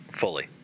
fully